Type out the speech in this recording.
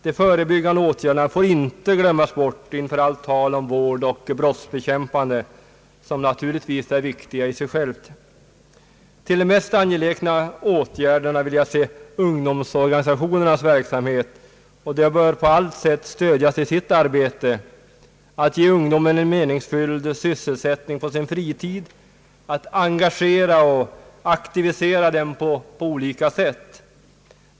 De förebyggande åtgärderna får inte glömmas bort inför allt tal om vård och brottsbekämpande, som naturligtvis i sig själva är viktiga. Till det mest angelägna vill jag räkna ungdomsorganisationernas verksamhet. Dessa bör på allt sätt stödjas i sitt arbete för att ge ungdomen en meningsfylld sysselsättning på fritiden, för att engagera och aktivera den på olika sätt.